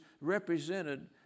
represented